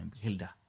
Hilda